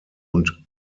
und